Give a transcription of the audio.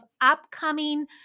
upcoming